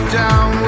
down